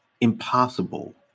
impossible